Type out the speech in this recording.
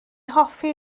hoffi